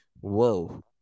whoa